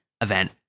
event